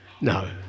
No